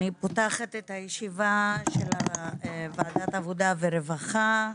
אני פותחת את הישיבה של ועדת העבודה והרווחה,